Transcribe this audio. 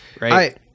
right